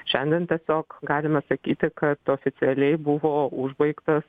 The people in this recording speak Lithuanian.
šiandien tiesiog galime sakyti kad oficialiai buvo užbaigtas